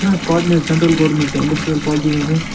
یہِ چھِ کَران اَسہِ کاڈِنیٹ سینٹرل گورمٮ۪نٛٹ تہٕ اِنڈسٹریل پالسیٖزن سۭتۍ